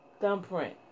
thumbprint